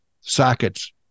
sockets